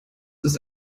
ist